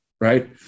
right